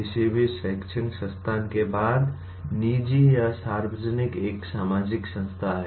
किसी भी शैक्षणिक संस्थान के बाद निजी या सार्वजनिक एक सामाजिक संस्था है